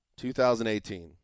2018